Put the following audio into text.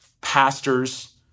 pastors